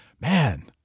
man